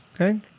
Okay